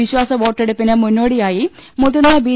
വിശ്വാസ വോട്ടെടുപ്പിന് മുന്നോടിയായി മുതിർന്ന ബി